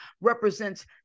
represents